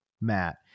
Matt